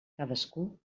cadascú